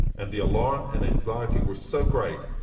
and the alarm and anxiety were so great,